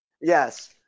Yes